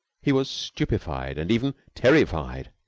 he was stupefied and even terrified.